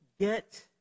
Get